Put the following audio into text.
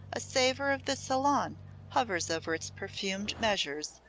a savor of the salon hovers over its perfumed measures,